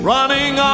Running